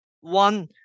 One